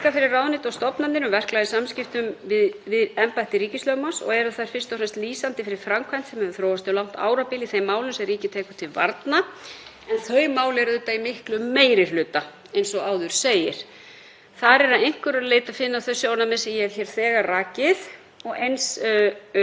en þau mál eru í miklum meiri hluta eins og áður segir. Þar er að einhverju leyti að finna þau sjónarmið sem ég hef þegar rakið og eins er þar gert ráð fyrir því að ráðherra og ráðuneyti hafi samráð við ríkislögmann þegar tekin er ákvörðun um hvort leita eigi endurskoðunar á dómi með málskoti til æðra dómsvalds.